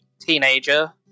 teenager